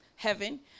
heaven